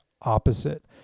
opposite